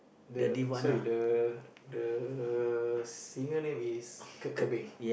the sorry the the singer name is Kurt-Cobain